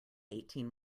eighteen